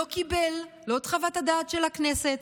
לא קיבל לא את חוות הדעת של הכנסת,